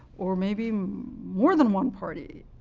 or maybe um more than one party,